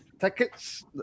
tickets